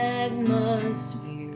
atmosphere